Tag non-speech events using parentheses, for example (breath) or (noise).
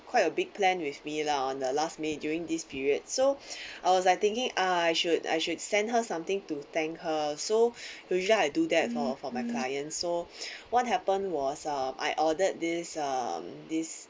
quite a big plan with me lah on the last may during this period so (breath) I was like thinking I should I should send her something to thank her so (breath) usually I do that for for my client so (breath) what happened was uh I ordered this